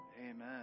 Amen